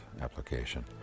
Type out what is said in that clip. application